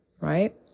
right